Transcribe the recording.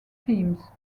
teams